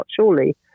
surely